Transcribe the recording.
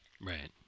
Right